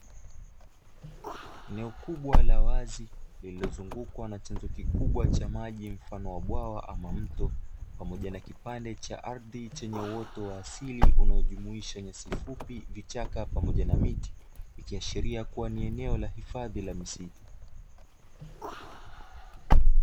Eneo kubwa la wazi lililozungukwa na chanzo kikubwa cha maji mfano wa bwawa ama mto, pamoja na kipande cha ardhi chenye uoto wa asili unaojumuisha nyasi fupi, vichaka pamoja na miti, ikiashiria kuwa ni eneo la hifadhi la misitu.